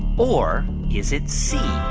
or is it c,